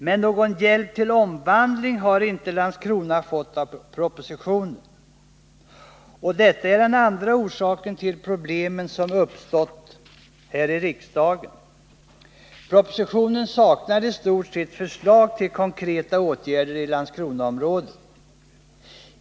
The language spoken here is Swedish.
Men någon hjälp till omvandling har inte Landskrona fått i propositionen. Och detta är den andra orsaken till problemen som uppstått här i riksdagen. I propositionen saknas i stort sett förslag till konkreta åtgärder i Landskronaområdet.